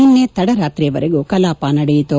ನಿನ್ನೆ ತಡ ರಾತ್ರಿವರೆಗೂ ಕಲಾಪ ನಡೆಯಿತು